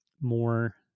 more